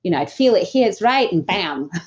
you know i'd feel that he is right and bam,